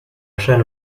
chaine